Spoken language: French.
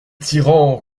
tyran